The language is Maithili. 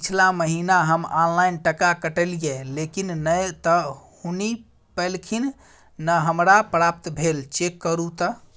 पिछला महीना हम ऑनलाइन टका कटैलिये लेकिन नय त हुनी पैलखिन न हमरा प्राप्त भेल, चेक करू त?